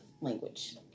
language